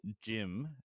Jim